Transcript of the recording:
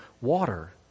water